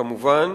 כמובן,